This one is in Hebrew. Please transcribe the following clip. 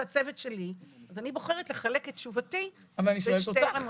זה הצוות שלי אז אני בוחרת לחלק את תשובתי לשתי רמות.